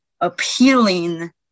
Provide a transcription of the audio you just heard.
appealing